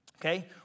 Okay